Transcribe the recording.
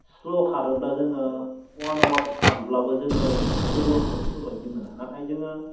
slow खारोब्ला जोङो अवान आवार्स खारब्लाबो जोङो जेबो खस्थ' बायदि मोना नाथाय जोङो